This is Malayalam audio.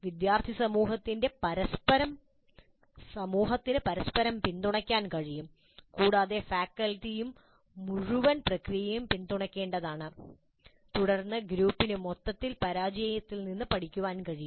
വിദ്യാർത്ഥി സമൂഹത്തിന് പരസ്പരം പിന്തുണയ്ക്കാൻ കഴിയും കൂടാതെ ഫാക്കൽറ്റിയും മുഴുവൻ പ്രക്രിയയെയും പിന്തുണയ്ക്കേണ്ടതാണ് തുടർന്ന് ഗ്രൂപ്പിന് മൊത്തത്തിൽ പരാജയങ്ങളിൽ നിന്നും പഠിക്കാൻ കഴിയും